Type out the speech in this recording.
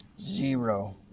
Zero